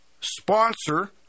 sponsor